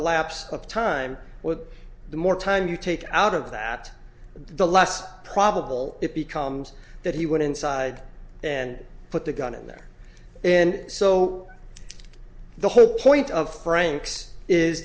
elapse of time with the more time you take out of that the less probable it becomes that he went inside and put the gun in there and so the whole point of franks is